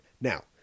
Now